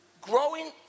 growing